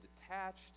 detached